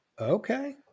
Okay